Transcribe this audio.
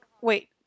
Wait